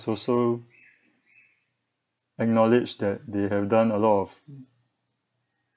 also acknowledge that they have done a lot of